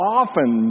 often